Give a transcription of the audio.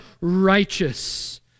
righteous